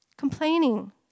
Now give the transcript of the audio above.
Complaining